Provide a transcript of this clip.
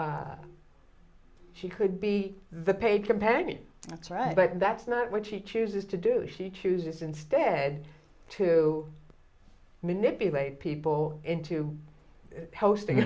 she could be the paid companion that's right but that's not what she chooses to do she chooses instead to manipulate people into posting